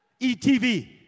ETV